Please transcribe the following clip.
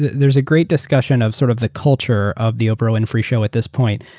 there's a great discussion of sort of the culture of the oprah winfrey show at this point.